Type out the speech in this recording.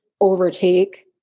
overtake